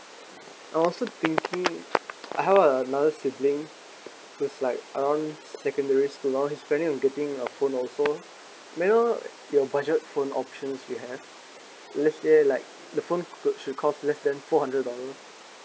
I also thinking how about another sibling who's like around secondary school he's planning getting a phone also may I know your budget phone options you have let's say like the phone cou~ should cost less than four hundred dollars